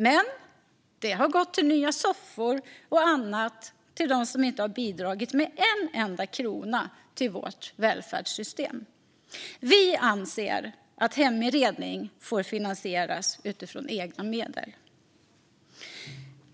Men de har gått till nya soffor och annat till dem som inte bidragit med en enda krona till vårt välfärdssystem. Vi anser att heminredning får finansieras utifrån egna medel.